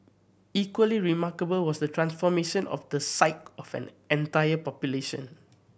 equally remarkable was the transformation of the psyche of an entire population